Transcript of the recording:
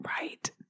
Right